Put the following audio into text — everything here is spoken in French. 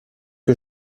que